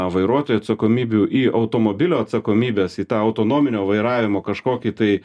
vairuotojų atsakomybių į automobilio atsakomybes į tą autonominio vairavimo kažkokį tai